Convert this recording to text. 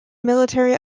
military